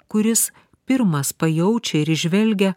kuris pirmas pajaučia ir įžvelgia